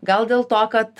gal dėl to kad